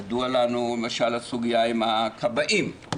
ידועה לנו למשל הסוגיה עם הכבאים,